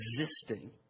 existing